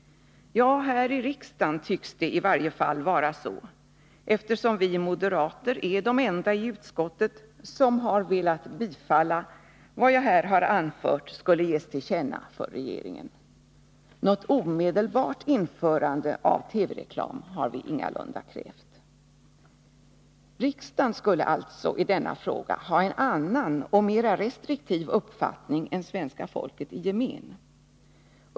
Ja, här i riksdagen tycks det i varje fall vara så, eftersom vi moderater är de enda i utskottet som har velat bifalla vad jag här har anfört skulle ges regeringen till känna. Något omedelbart införande av TV-reklam har vi ingalunda krävt. Riksdagen skulle alltså i denna fråga ha en annan och mer restriktiv uppfattning än svenska folket i gemen.